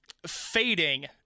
fading